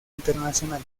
internacional